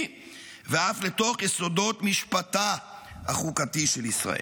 ואף לתוך יסודות משפטה החוקתי של ישראל.